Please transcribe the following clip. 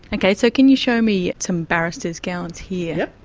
and ok, so can you show me some barrister's gowns here?